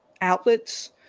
outlets